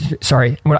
Sorry